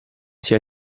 sia